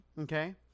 Okay